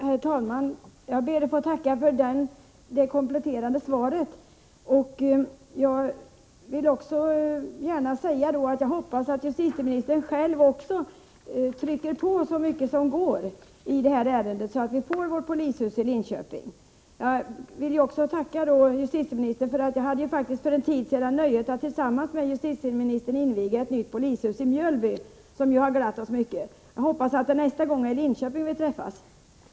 Herr talman! Jag ber att få tacka för det kompletterande svaret. Jag vill gärna säga att jag hoppas att justitieministern trycker på så mycket som möjligt i det här ärendet, så att vi får vårt polishus i Linköping. För en tid sedan hade jag nöjet att tillsammans med justitieministern inviga ett nytt polishus i Mjölby, som har glatt oss mycket. Jag hoppas att nästa gång justitieministern och jag träffas i sådant sammanhang blir i Linköping.